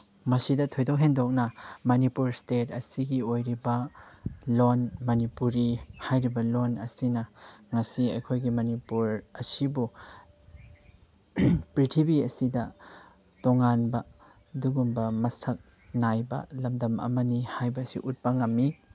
ꯃꯁꯤꯗ ꯊꯣꯏꯗꯣꯛ ꯍꯦꯟꯗꯣꯛꯅ ꯃꯅꯤꯄꯨꯔ ꯁ꯭ꯇꯦꯠ ꯑꯁꯤꯒꯤ ꯑꯣꯏꯔꯤꯕ ꯂꯣꯟ ꯃꯅꯤꯄꯨꯔꯤ ꯍꯥꯏꯔꯤꯕ ꯂꯣꯟ ꯑꯁꯤꯅ ꯉꯁꯤ ꯑꯩꯈꯣꯏꯒꯤ ꯃꯅꯤꯄꯨꯔ ꯑꯁꯤꯕꯨ ꯄ꯭ꯔꯤꯊꯤꯕꯤ ꯑꯁꯤꯗ ꯇꯣꯉꯥꯟꯕ ꯑꯗꯨꯒꯨꯝꯕ ꯃꯁꯛ ꯅꯥꯏꯕ ꯂꯝꯗꯝ ꯑꯃꯅꯤ ꯍꯥꯏꯕꯁꯤ ꯎꯠꯄ ꯉꯝꯃꯤ